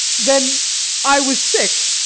then i was sick,